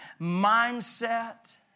mindset